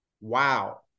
wow